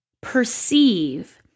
perceive